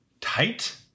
Tight